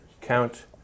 count